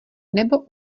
nebo